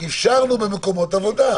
--- הגבלות על הפגנה?